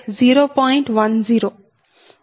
100